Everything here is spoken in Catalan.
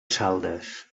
saldes